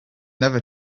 never